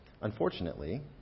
Unfortunately